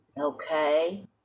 okay